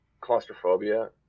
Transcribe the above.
claustrophobia